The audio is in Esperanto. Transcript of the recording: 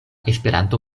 esperanto